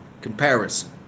comparison